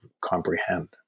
comprehend